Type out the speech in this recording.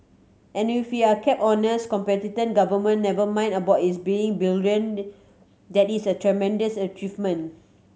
and if we are kept honest competent government never mind about its being brilliant that is a tremendous achievement